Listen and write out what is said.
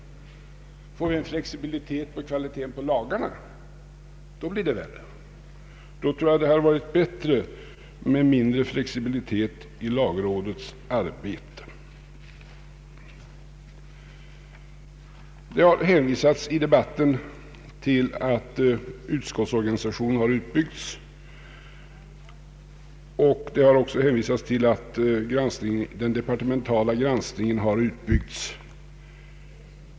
Får vi en flexibilitet vad beträffar kvaliteten på lagarna blir det illa ställt. Jag tror att det vore bättre med mindre flexibilitet i lagrådets arbete. Det har i debatten hänvisats till att utskottsorganisationen har utbyggts, och det har också hänvisats till att den departementala granskningen har utbyggts.